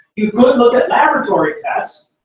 you could look at laboratory tests.